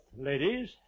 ladies